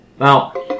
Now